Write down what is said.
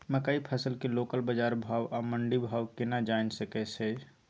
मकई फसल के लोकल बाजार भाव आ मंडी भाव केना जानय सकै छी?